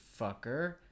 fucker